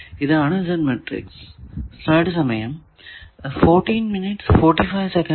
ഇതാണ് Z matrix